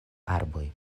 arboj